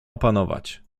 opanować